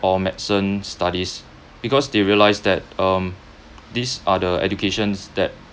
or medicine studies because they realize that um these are the educations that